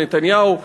נתניהו,